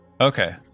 Okay